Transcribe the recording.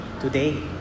today